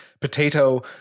Potato